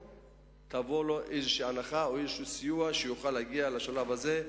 יקבל הנחה או סיוע כדי שיוכל להגיע לשלב הזה,